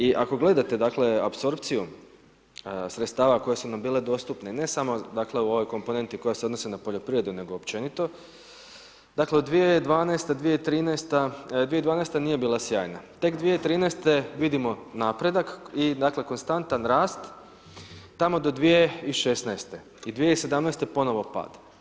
I ako gledate, dakle, apsorpciju sredstava koje su nam bile dostupne, ne samo, dakle, u ovoj komponenti koja se odnosi na poljoprivredu, nego općenito, dakle, 2012.-ta, 2013.-ta,2012.-ta nije bila sjajna, tek 2013.-te vidimo napredak i dakle, konstantan rast tamo do 2016.-te i 2017.-te ponovo pad.